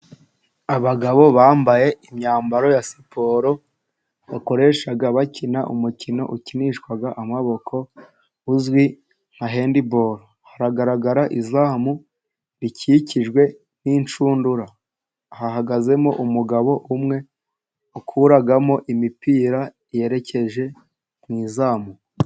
Abagabo bambaye imyambaro ya siporo, bakoresha bakina umukino ukinishwa amaboko, uzwi nka hendiboro. Haragaragara izamu rikikijwe n'inshundura. Hahagazemo umugabo umwe ukuramo imipira yerekeje mu izamu.